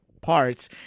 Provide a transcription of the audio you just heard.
parts